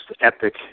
epic